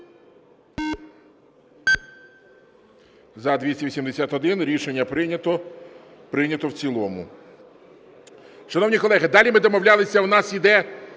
За-281 Рішення прийнято. Прийнято в цілому.